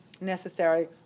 necessary